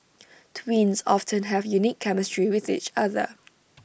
twins often have unique chemistry with each other